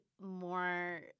more